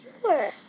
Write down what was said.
Sure